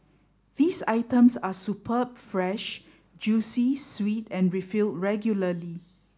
these items are superb fresh juicy sweet and refilled regularly